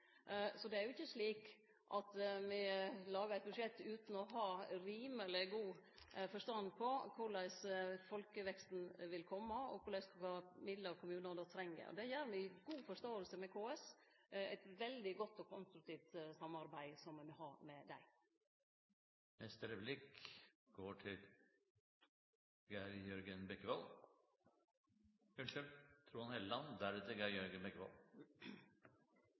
Så det er jo ikkje slik at me lagar eit budsjett utan å ha rimeleg god forstand på kor folkeveksten vil kome, og kva midlar kommunane då treng. Det gjer me i god forståing med KS. Me har eit veldig godt og konstruktivt samarbeid med dei. Jeg er enig med